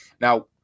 Now